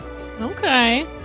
Okay